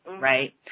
right